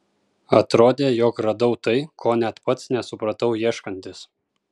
atrodė jog radau tai ko net pats nesupratau ieškantis